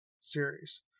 series